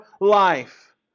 life